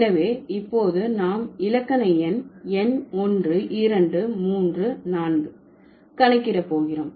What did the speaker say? எனவே இப்போது நாம் இலக்கண எண் எண் 1 2 3 4 ஐ கணக்கிட போகிறோம்